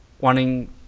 wanting